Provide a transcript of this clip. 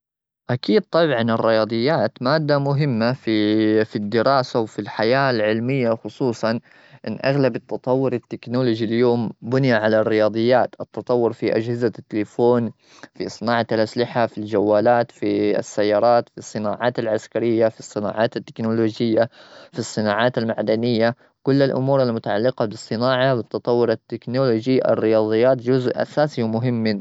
أكيد، طبعا، الرياضيات مادة مهمة في-في الدراسة وفي الحياة العلمية، وخصوصا أن أغلب التطور التكنولوجي اليوم بني على الرياضيات. التطور في أجهزة التليفون، في صناعة الأسلحة، في الجوالات، في السيارات، في الصناعات العسكرية، في الصناعات التكنولوجية، في الصناعات المعدنية. كل الأمور المتعلقة بالصناعة والتطور التكنولوجي، الرياضيات جزء أساسي ومهم منه.